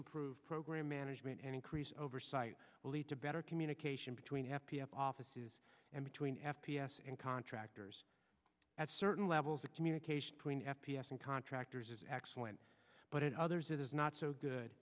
improve program management and increased oversight will lead to better communication between f p s offices and between f p s and contractors at certain levels of communication between f p s and contractors is excellent but in others it is not so good